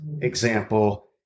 example